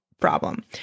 problem